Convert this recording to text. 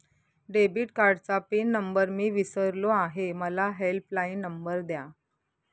debit कार्डचा PIN number मी विसरलो आहे मला हेल्पलाइन नंबर द्या